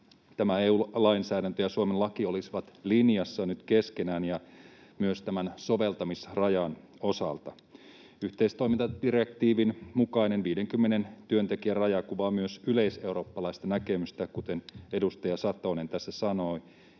EU-lainsäädäntö ja Suomen laki olisivat nyt linjassa keskenään ja myös tämän soveltamisrajan osalta. Yhteistoimintadirektiivin mukainen 50 työntekijän raja kuvaa myös yleiseurooppalaista näkemystä, kuten edustaja Satonen tässä sanoi.